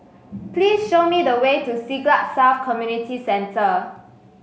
please show me the way to Siglap South Community Centre